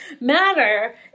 matter